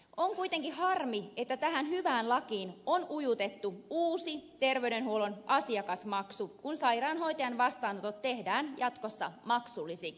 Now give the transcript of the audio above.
on kuitenkin harmi että tähän hyvään lakiin on ujutettu uusi terveydenhuollon asiakasmaksu kun sairaanhoitajan vastaanotot tehdään jatkossa maksullisiksi